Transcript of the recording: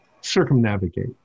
circumnavigate